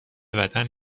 وطن